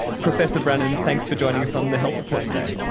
professor brannon, thanks for joining us on the health report today.